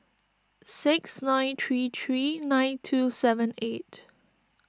six nine three three nine two seven eight